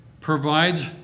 provides